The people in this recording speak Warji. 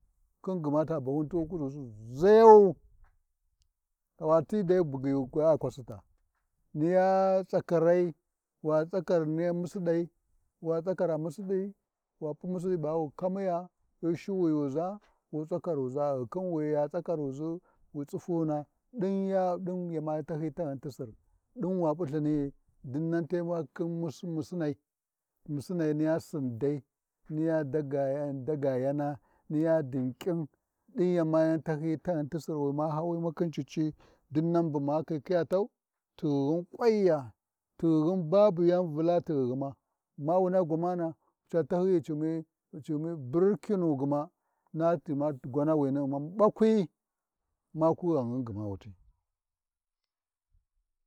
Khin gma ta bahyun wu kuʒisi ʒaayau, wati dai bugyiyu ga a kwasita, niya tsakarai wa tsakar niya missiɗai iwa tsakara missiɗai, wa p’u missiɗi ba wu kamiya iyu Shuwuyuʒa wu bakaruzar ghi khin wi ya tsakaruʒa wi tsufuna ɗin ya ɗin yama tahyi taghin ti sir, ɗin wi p’i Lthini’i dinan te wa khin mussinai mussina niya sindai niya daga yana hiya dinƙin, ɗin yama tahyiyi taghin ti Sir wi ma hyauwimu khin cici dinnan bu makhi khiya tau, tighighum ƙwanya tighighu, babu yan vula lighighima, amma wu rai gwamana ghi ca tahyiyi Umma ci ummi burkinu gma, na gma gwamani U’mmam ɓakwi, ma kwi ghanghum gma wuti.